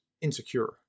insecure